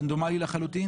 רנדומלי לחלוטין?